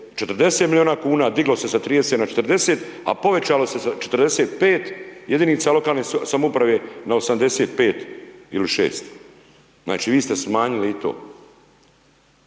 40 milijuna kuna, diglo se sa 30 na 40, a povećalo se sa 45 jedinica lokalne samouprave na 85 ili 86, znači vi ste smanjili i to.